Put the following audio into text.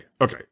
Okay